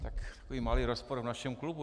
Takový malý rozpor v našem klubu.